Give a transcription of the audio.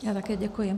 Já také děkuji.